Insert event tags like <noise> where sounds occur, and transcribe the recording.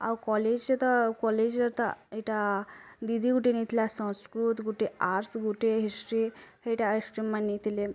ଆଉ କଲେଜ୍ରେ ତ କଲେଜ୍ ଏତା ଏଇଟା ଦିଦି ଗୁଟେ ନେଇଥିଲା ସଂସ୍କୃତ୍ ଗୁଟେ ଆର୍ଟସ୍ ଗୁଟେ ହିଷ୍ଟ୍ରୀ ହେଇଟା <unintelligible> ନେଇଥିଲେ